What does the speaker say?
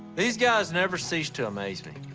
these guys never cease to amaze me.